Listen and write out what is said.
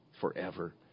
forever